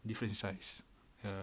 different size ya